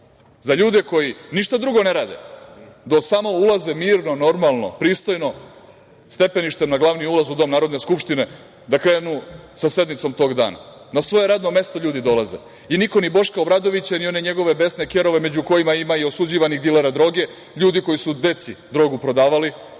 za ljude koji ništa drugo ne rade do samo ulaze mirno, normalno, pristojno, stepeništem na glavni ulaz u dom Narodne skupštine, da krenu sa sednicom tog dana. Na svoje radno mesto ljudi dolaze. Niko, ni Boška Obradovića, ni one njegove besne kerove među kojima ima i osuđivanih dilera droge, ljudi koji su deci drogu prodavali